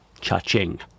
cha-ching